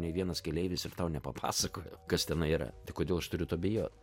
nei vienas keleivis ir tau nepapasakojo kas tenai yra tai kodėl aš turiu to bijot